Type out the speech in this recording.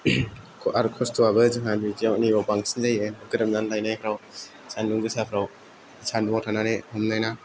आरो खस्त'वाबो जोंहा बिदियाव नैयाव बांसिन जायो गोदोमनानै लायनायफ्राव सान्दुं गोसाफ्राव सान्दुंआव थानानै हमनाय ना